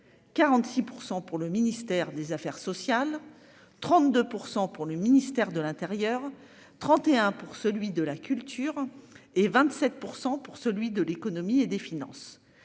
46% pour le ministère des Affaires sociales, 32% pour le ministère de l'Intérieur, 31 pour celui de la culture et 27% pour celui de l'Économie et des Finances